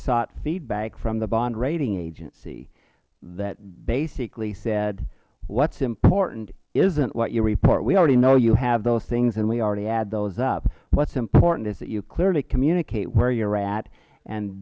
sought feedback from the bond rating agency that basically said what is important isnt what you report we already know you have those things and we already add those up what is important is that you clearly communicate where you are at and